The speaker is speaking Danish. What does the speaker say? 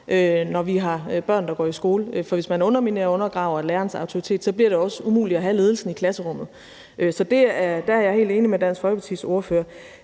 når vi har børn, der går i skole. For hvis man underminerer og undergraver lærerens autoritet, bliver det også umuligt at have ledelsen i klasselokalet. Så der er jeg helt enig med Dansk Folkepartis ordfører.